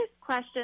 question